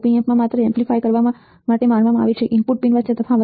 Op ampમાત્ર amplify કરવા માટે માનવામાં આવે છે ઇનપુટ પિન વચ્ચે તફાવત